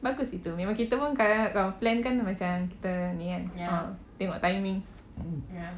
bagus itu memang kita pun kadang-kadang kalau plan kan macam kita ni kan ah tengok timing